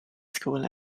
school